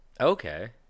Okay